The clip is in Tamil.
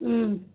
ம்